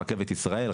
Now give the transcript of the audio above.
רכבת ישראל,